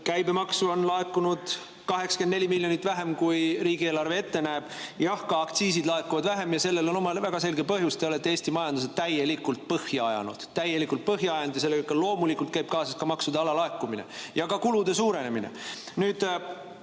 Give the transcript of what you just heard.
käibemaksu on laekunud 84 miljonit vähem, kui riigieelarve ette näeb. Jah, ka aktsiise laekub vähem ja sellel on oma väga selge põhjus: te olete Eesti majanduse täielikult põhja ajanud. Täielikult põhja ajanud! Sellega loomulikult käib kaasas ka maksude alalaekumine ja kulude suurenemine. Ma